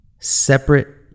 separate